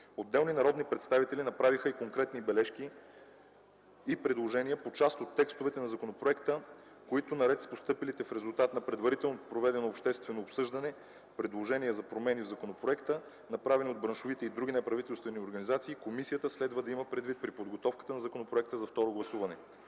Отделни народни представители направиха и конкретни бележки и предложения по част от текстовете на законопроекта, които наред с постъпилите в резултат на предварително проведеното обществено обсъждане предложения за промени в законопроекта, направени от браншовите и други неправителствени организации, комисията следва да има предвид при подготовката на законопроекта за второ гласуване.